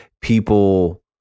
people